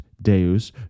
Deus